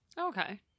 okay